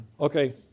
Okay